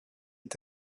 est